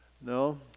No